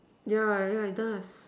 yeah yeah it does